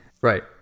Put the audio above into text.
Right